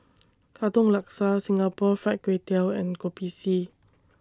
Katong Laksa Singapore Fried Kway Tiao and Kopi C